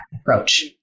approach